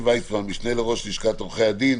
ויצמן המשנה לראש לשכת עורכי הדין,